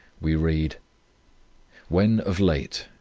we read when, of late,